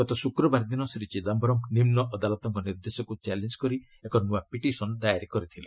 ଗତ ଶୁକ୍ରବାର ଦିନ ଶ୍ରୀ ଚିଦାୟରମ୍ ନିମ୍ବଅଦାଲତଙ୍କ ନିର୍ଦ୍ଦେଶକୁ ଚ୍ୟାଲେଞ୍ଜ କରି ଏକ ନୂଆ ପିଟିସନ୍ ଦାଏର କରିଥିଲେ